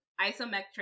isometric